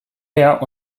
her